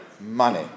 money